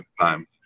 time